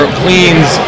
cleans